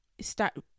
start